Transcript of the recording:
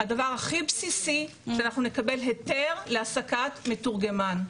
הדבר הכי בסיסי, שאנחנו נקבל היתר להעסקת מתורגמן.